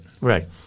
Right